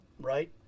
right